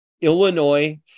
Illinois